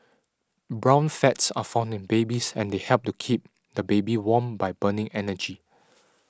brown fats are found in babies and they help to keep the baby warm by burning energy